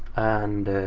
and,